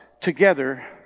together